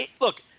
look